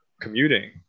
commuting